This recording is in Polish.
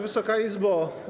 Wysoka Izbo!